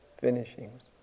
finishings